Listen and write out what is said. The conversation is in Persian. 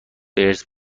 ارث